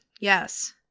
yes